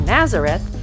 Nazareth